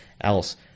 else